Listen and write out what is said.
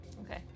okay